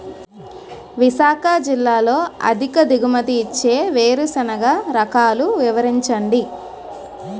విశాఖ జిల్లాలో అధిక దిగుమతి ఇచ్చే వేరుసెనగ రకాలు వివరించండి?